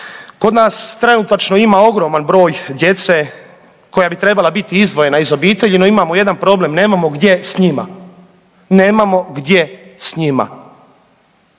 Kod nas trenutačno ima ogroman broj djece koja bi trebala biti izdvojena iz obitelji, no imamo jedan problem, nemamo gdje s njima, nemamo gdje s njima.